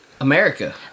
America